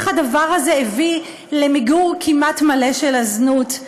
איך הדבר הזה הביא למיגור כמעט מלא של הזנות.